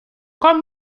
kom